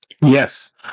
Yes